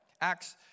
Acts